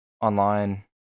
online